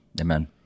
Amen